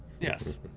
Yes